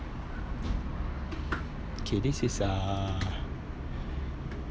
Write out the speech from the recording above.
K this is uh